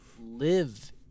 live